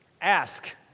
ask